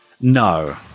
no